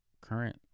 current